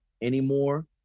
anymore